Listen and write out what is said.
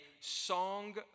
song